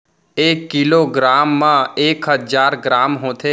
एक kilogram मा एक हजार ग्राम होथे